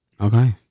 Okay